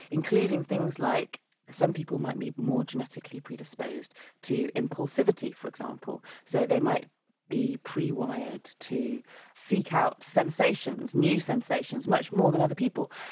including things like some people might be more genetically predisposed to impulsivity, for example, so they might be prewired to seek out sensations, new sensations, much more than other people.